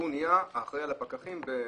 והוא נהיה האחראי על הפקחים בסיטיפס.